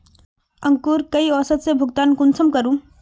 अंकूर कई औसत से भुगतान कुंसम करूम?